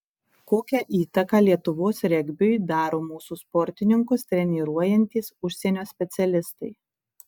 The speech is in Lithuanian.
kokią įtaką lietuvos regbiui daro mūsų sportininkus treniruojantys užsienio specialistai